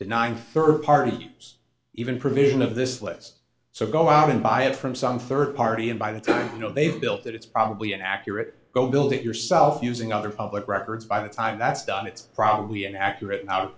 denying third parties even provision of this list so go out and buy it from some third party and by the time you know they've built that it's probably an accurate go build it yourself using other public records by the time that's done it's probably an accurate